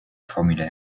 formulaire